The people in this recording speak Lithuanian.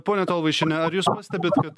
pone tolvaišiene ar jūs pastebit kad